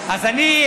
אז אני,